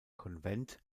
konvent